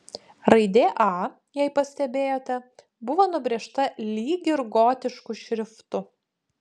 raidė a jei pastebėjote buvo nubrėžta lyg ir gotišku šriftu